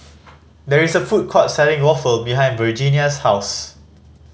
there is a food court selling waffle behind Virginia's house